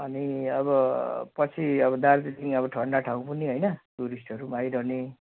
अनि अब पछि अब दार्जिलिङ अब ठन्डा ठाउँ पनि होइन टुरिस्टहरू पनि आइरहने